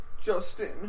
Justin